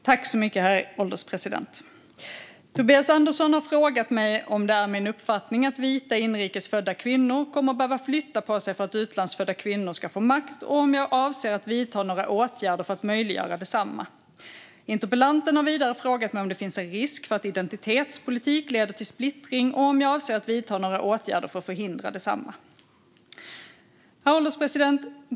Herr ålderspresident! har frågat mig om det är min uppfattning att vita, inrikesfödda kvinnor kommer att behöva flytta på sig för att utlandsfödda kvinnor ska få makt och om jag avser att vidta några åtgärder för att möjliggöra detsamma. Interpellanten har vidare frågat mig om det finns en risk för att identitetspolitik leder till splittring och om jag avser att vidta några åtgärder för att förhindra detsamma. Herr ålderspresident!